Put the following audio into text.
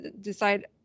decide